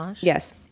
Yes